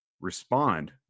respond